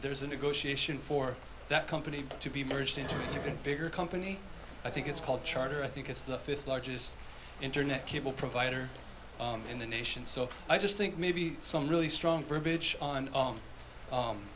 there's a negotiation for that company to be merged into a bigger company i think it's called charter i think it's the fifth largest internet cable provider in the nation so i just think maybe some really strong burbage on